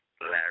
Larry